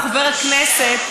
חבר הכנסת,